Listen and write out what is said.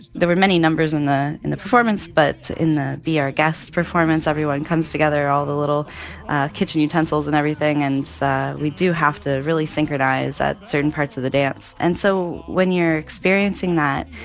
there were many numbers in the in the performance. but in the be our guest performance, everyone comes together, all the little kitchen utensils and everything. and so we do have to really synchronize at certain parts of the dance and so when you're experiencing that,